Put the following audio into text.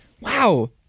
Wow